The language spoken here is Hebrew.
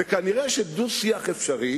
וכנראה שדו-שיח אפשרי